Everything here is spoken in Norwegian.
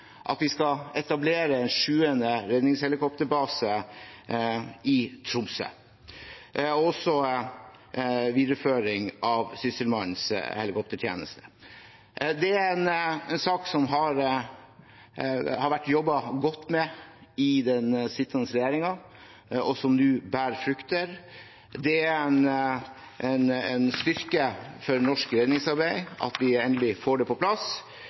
at vi skal etablere en sjuende redningshelikopterbase i Tromsø – og også videreføring av Sysselmannens helikoptertjeneste. Det er en sak som det har vært jobbet godt med i den sittende regjeringen, noe som nå bærer frukter. Det er en styrke for norsk redningsarbeid at vi endelig får det på plass.